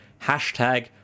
Hashtag